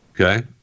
Okay